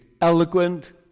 eloquent